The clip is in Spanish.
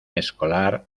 escolar